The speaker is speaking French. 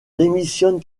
démissionne